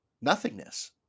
nothingness